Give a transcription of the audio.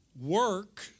work